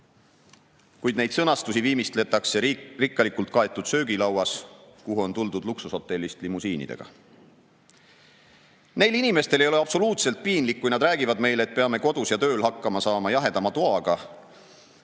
Kuid neid sõnastusi viimistletakse rikkalikult kaetud söögilauas, kuhu on tuldud luksushotellist limusiinidega. Neil inimestel ei ole absoluutselt piinlik, kui nad räägivad meile, et peame kodus ja tööl hakkama saama jahedama toaga.